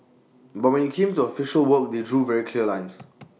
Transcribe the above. but when IT came to official work they drew very clear lines